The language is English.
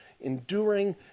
enduring